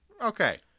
okay